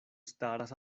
staras